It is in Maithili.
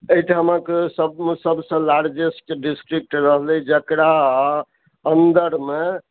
ऐठामक सबसँ लार्जेस्ट डिस्ट्रिक्ट रहलै जकरा अन्दरमे